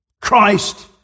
Christ